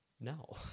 No